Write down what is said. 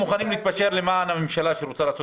אנחנו מוכנים להתפשר למען הממשלה שרוצה לעשות